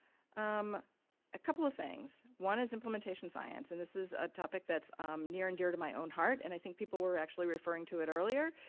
um a couple of things. one is implementation science and this is a topic that's near and dear to my own heart and i think people were actually referring to it earlier,